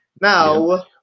Now